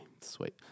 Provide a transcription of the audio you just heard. sweet